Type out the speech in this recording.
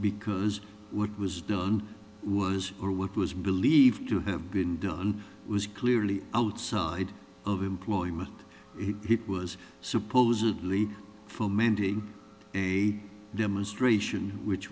because what was done was or what was believed to have been done was clearly outside of employment he was supposedly fomenting a demonstration which